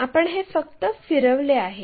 आपण हे फक्त फिरवले आहे